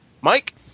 Mike